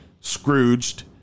Scrooged